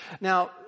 Now